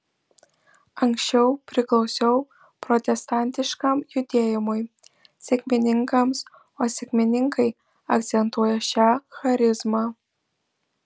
anksčiau priklausiau protestantiškam judėjimui sekmininkams o sekmininkai akcentuoja šią charizmą